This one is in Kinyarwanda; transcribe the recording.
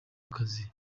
akazi